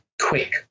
quick